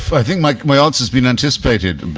i think my my answer's been anticipated but